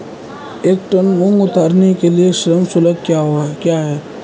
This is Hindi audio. एक टन मूंग उतारने के लिए श्रम शुल्क क्या है?